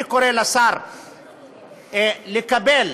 אני קורא לשר ארדן לקבל